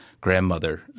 grandmother